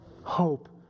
hope